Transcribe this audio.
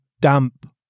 damp